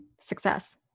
success